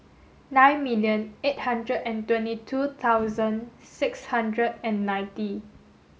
nine million eight hundred and twenty two thousand six hundred and ninety